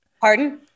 Pardon